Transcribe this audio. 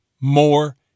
more